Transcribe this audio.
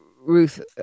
Ruth